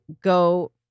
go